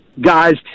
guys